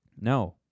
No